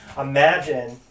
Imagine